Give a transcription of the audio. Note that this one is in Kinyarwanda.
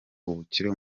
ubukire